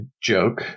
joke